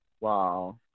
Wow